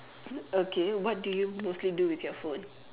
okay what do you mostly do with your phone